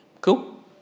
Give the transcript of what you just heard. Cool